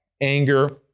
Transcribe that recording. anger